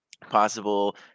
possible